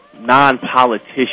non-politician